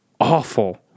awful